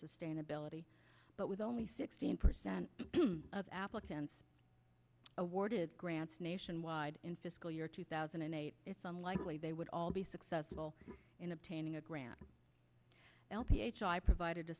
sustainability but with only sixteen percent of applicants awarded grants nationwide in fiscal year two thousand and eight it's unlikely they would all be successful in obtaining a grant l t h i provided